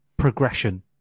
Progression